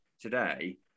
today